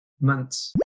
months